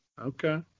Okay